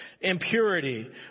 Impurity